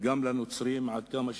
וגם לנוצרים, עד כמה שאפשר.